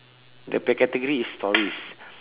the pe~ category is stories